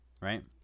right